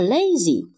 Lazy